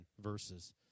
verses